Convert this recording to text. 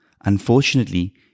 Unfortunately